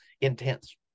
intense